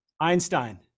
einstein